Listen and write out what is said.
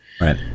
right